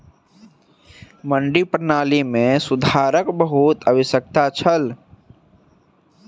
मंडी प्रणाली मे सुधारक बहुत आवश्यकता छल